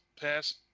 pass